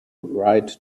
write